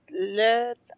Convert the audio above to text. let